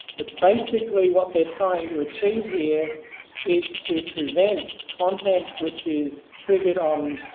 but basically what they're trying to achieve here is to prevent content which is triggered on,